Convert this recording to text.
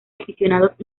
aficionados